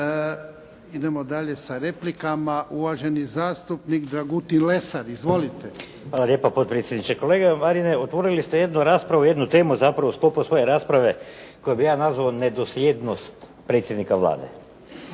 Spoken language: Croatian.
Idemo dalje sa replikama. Uvaženi zastupnik Dragutin Lesar. Izvolite. **Lesar, Dragutin (Nezavisni)** Hvala lijepa potpredsjedniče. Kolega Marine otvorili ste jednu raspravu, jednu temu zapravo u sklopu svoje rasprave koju bih ja nazvao nedosljednost predsjednika Vlade.